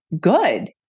good